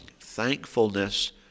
thankfulness